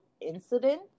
incident